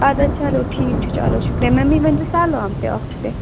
اَدٕ حظ چلو ٹھیٖک چھُ چلو شُکریہ مےٚ ممی ؤنۍ زٕ سَلام تہِ اَکھتُے